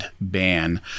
ban